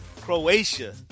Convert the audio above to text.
Croatia